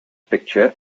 picture